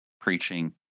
preaching